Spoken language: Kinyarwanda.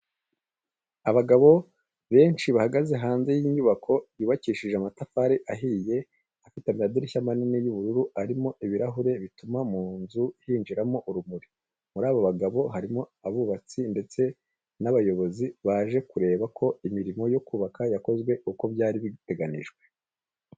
Abagabo benshi bahagaze hanze y'inyubako yubakishije amatafari ahiye, ifite amadirishya manini y'ubururu arimo ibirahure bituma mu nzu hinjiramo urumuri. Muri abo bagabo harimo abubatsi ndetse n'abayobozi baje kureba ko imirimo yo kubaka yakozwe uko byari biteganyijwe.